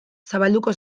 zabalduko